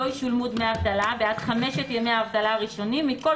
לא ישולמו דמי אבטלה בעד חמשת ימי האבטלה הראשונים מכל